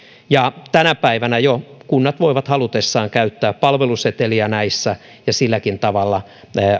jo tänä päivänä kunnat voivat halutessaan käyttää palveluseteliä näissä ja silläkin tavalla